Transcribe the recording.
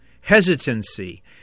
hesitancy